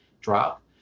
drop